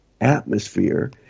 atmosphere